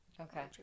Okay